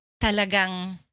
talagang